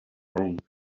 home